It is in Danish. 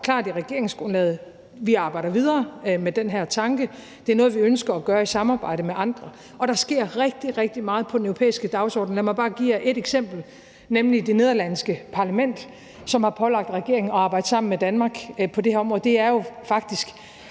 klart i regeringsgrundlaget, at vi arbejder videre med den her tanke. Det er noget, vi ønsker at gøre i samarbejde med andre, og der sker rigtig, rigtig meget på den europæiske dagsorden. Og lad mig bare give et eksempel, nemlig i forhold til det nederlandske parlament, som har pålagt regeringen at arbejde sammen med Danmark på det her område. Det er jo faktisk